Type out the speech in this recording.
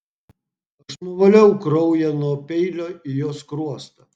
aš nuvaliau kraują nuo peilio į jo skruostą